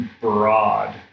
broad